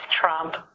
trump